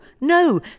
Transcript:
no